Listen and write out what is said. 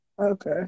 Okay